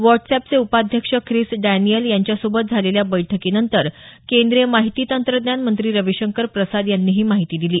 व्हॉट्सअपचे उपाध्यक्ष Chris Daniel यांच्यासोबत झालेल्या बैठकीनंतर केंद्रीय माहिती तंत्रज्ञान मंत्री रविशंकर प्रसाद यांनी ही माहिती दिली